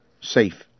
safe